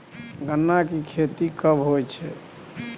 गन्ना की खेती कब होय छै?